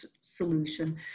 solution